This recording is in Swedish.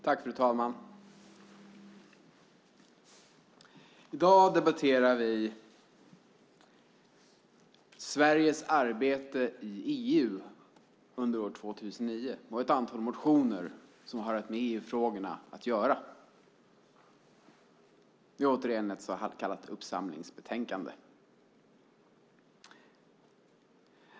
Fru talman! I dag debatterar vi Sveriges arbete i EU under 2009 och ett antal motioner som har med EU-frågor att göra. Det är åter ett så kallat uppsamlingsbetänkande.